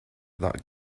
that